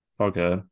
Okay